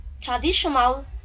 traditional